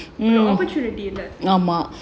இல்ல:illa